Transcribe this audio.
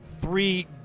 three